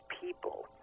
people